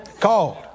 Called